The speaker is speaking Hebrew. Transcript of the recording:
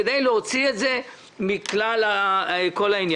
כדי להוציא את זה מכלל העניין,